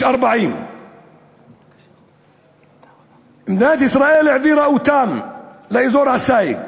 40. מדינת ישראל העבירה אותם לאזור הסייג.